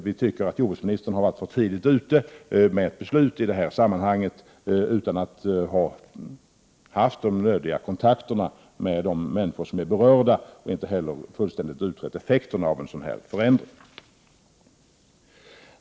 Vi anser att jordbruksministern har varit för tidigt ute med ett förslag utan att ha haft de nödiga kontakterna med de människor som är berörda, och effekterna av en förändring är inte heller fullständigt utredda.